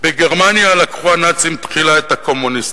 בגרמניה לקחו הנאצים תחילה את הקומוניסטים.